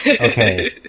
Okay